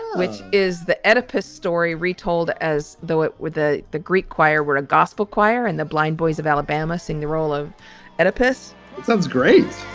which is the epic story retold as though it were the the greek choir where a gospel choir and the blind boys of alabama sing the role of a piece. it sounds great